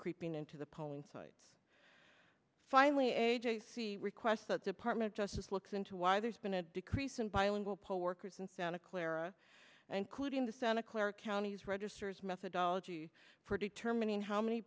creeping into the polling sites finally a j c requests that department justice looks into why there's been a decrease in bilingual poll workers and santa clara and quitting the santa clara county's registers methodology for determining how many